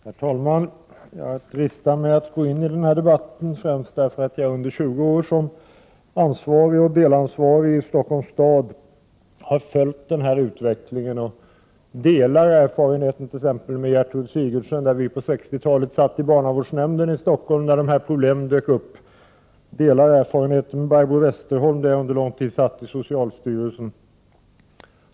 Herr talman! Jag dristar mig att gå in i denna debatt främst därför att jag under 20 år som ansvarig och delansvarig för sådana frågor i Stockholms stad har följt denna utveckling. Jag delar erfarenheter t.ex. med Gertrud Sigurdsen. På 60-talet satt vi i barnavårdsnämnden i Stockholm, där de här problemen dök upp. Jag delar erfarenheter med Barbro Westerholm, eftersom jag under lång tid satt i socialstyrelsen.